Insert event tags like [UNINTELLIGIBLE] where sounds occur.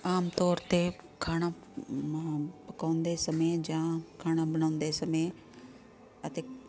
ਆਮ ਤੌਰ 'ਤੇ ਖਾਣਾ [UNINTELLIGIBLE] ਪਕਾਉਂਦੇ ਸਮੇਂ ਜਾਂ ਖਾਣਾ ਬਣਾਉਂਦੇ ਸਮੇਂ ਅਤੇ